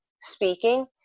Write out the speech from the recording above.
speaking